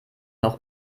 noch